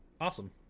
Awesome